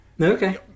Okay